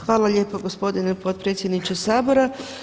Hvala lijepo gospodine potpredsjedniče Sabora.